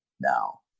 Now